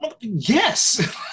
yes